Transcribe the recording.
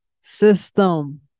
system